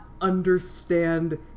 understand